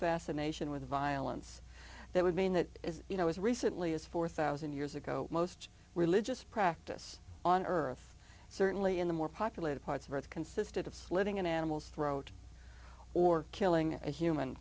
fascination with violence that would mean that is you know as recently as four thousand years ago most religious practice on earth certainly in the more populated parts of earth consisted of living animals throat or killing a human